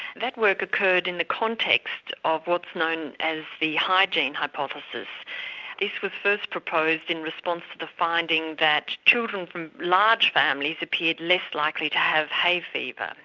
that work occurred in the context of what's known as the hygiene hypothesis this was first proposed in response to finding that children from large families appeared less likely to have hay fever,